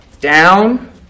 down